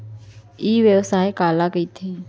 ई व्यवसाय काला कहिथे?